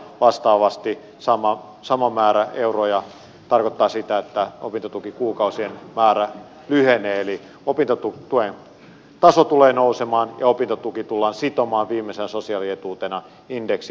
vastaavasti sama määrä euroja tarkoittaa sitä että opintotukikuukausien määrä lyhenee eli opintotuen taso tulee nousemaan ja opintotuki tullaan sitomaan viimeisenä sosiaalietuutena indeksiin